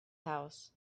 house